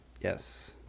Yes